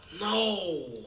no